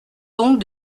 donc